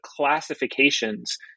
classifications